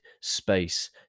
space